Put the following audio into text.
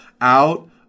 out